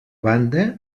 banda